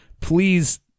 please